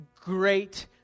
great